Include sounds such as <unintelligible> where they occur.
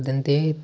<unintelligible> ते